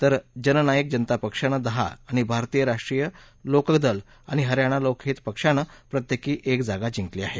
तर जननायक जनता पक्षानं दहा आणि भारतीय राष्ट्रीय लोकदल आणि हरयाणा लोकहित पक्षानं प्रत्येकी एक जागा जिंकली आहे